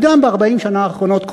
וגם ב-40 שנה האחרונות,